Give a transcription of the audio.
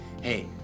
hey